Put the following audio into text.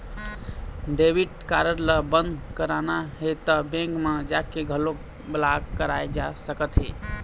debit card ल बंद कराना हे त बेंक म जाके घलोक ब्लॉक कराए जा सकत हे